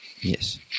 Yes